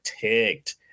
ticked